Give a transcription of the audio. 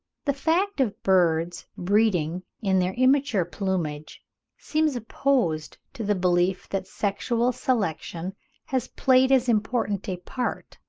the fact of birds breeding in their immature plumage seems opposed to the belief that sexual selection has played as important a part,